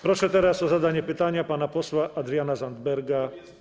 Proszę teraz o zadanie pytania pana posła Adriana Zandberga, Lewica.